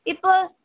இப்போது